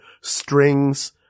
strings